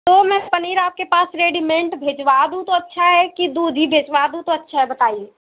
तो मैं पनीर आपके पास रेडीमेड भिजवा दूँ तो अच्छा है की दूध हीं भेजवा दूँ तो अच्छा है बताइए